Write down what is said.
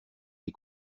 les